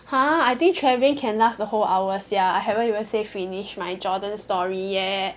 !huh! I think travelling can last the whole hour sia I haven't even say finish my Jordan story eh